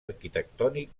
arquitectònic